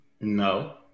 No